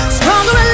stronger